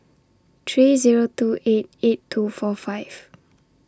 three Zero two eight eight two four five